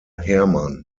hermann